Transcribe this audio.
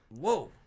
whoa